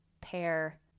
pair